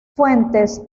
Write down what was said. fuentes